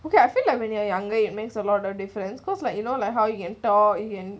okay I feel like when you're younger it makes a lot of difference cause like you know like how you can talk you can